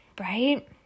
right